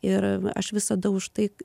ir aš visada už tai